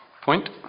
point